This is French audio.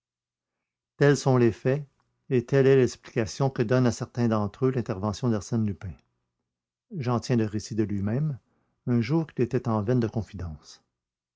tels sont les faits et telle est l'explication que donne à certains d'entre eux l'intervention d'arsène lupin j'en tiens le récit de lui-même un jour qu'il était en veine de confidence